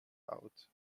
out